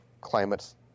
climate's